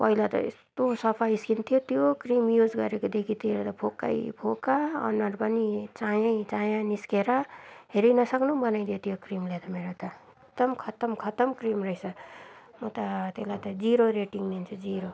पहिला त यस्तो सफा स्किन थियो त्यो क्रिम युज गरेको देखि त फोकै फोका अनुहार पनि चाया चाया निस्केर हेरिनसक्नु बनाइदियो त्यो क्रिमले त मेरो त एकदम खत्तम खत्तम क्रिम रहेछ म त त्यसलाई त जिरो रेटिङ दिन्छु जिरो